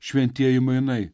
šventieji mainai